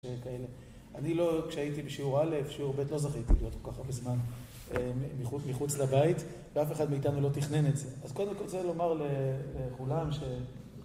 אני לא, כשהייתי בשיעור א', בשיעור ב', לא זכיתי להיות ככה בזמן מחוץ לבית, ואף אחד מאיתנו לא תכנן את זה. אז קודם כל, רוצה לומר לכולם ש...